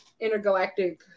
Intergalactic